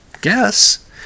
guess